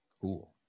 Cool